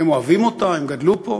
הם אוהבים אותה, הם גדלו פה.